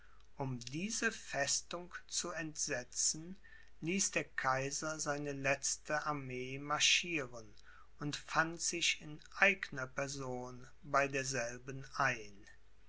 um diese festung zu entsetzen ließ der kaiser seine letzte armee marschieren und fand sich in eigner person bei derselben ein